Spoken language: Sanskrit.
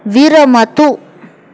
विरमतु